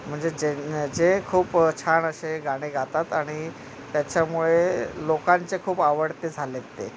म्हणजे जे जे खूप छान असे गाणे गातात आणि त्याच्यामुळे लोकांचे खूप आवडते झाले आहेत ते